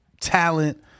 Talent